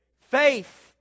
faith